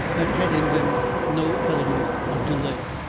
that had in them no element of delay.